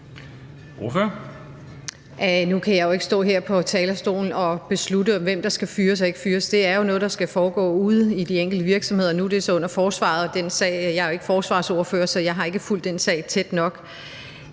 Nu kan jeg jo ikke stå her på talerstolen og beslutte, hvem der skal fyres og ikke fyres. Det er jo noget, der skal foregå ude i de enkelte virksomheder. Nu er det så i forsvaret, og jeg er jo ikke forsvarsordfører, så jeg har ikke fulgt den sag tæt nok.